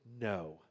no